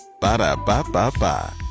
Ba-da-ba-ba-ba